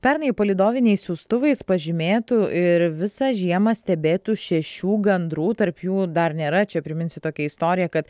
pernai palydoviniais siųstuvais pažymėtų ir visą žiemą stebėtų šešių gandrų tarp jų dar nėra čia priminsiu tokią istoriją kad